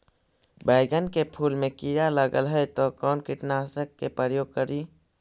बैगन के फुल मे कीड़ा लगल है तो कौन कीटनाशक के प्रयोग करि?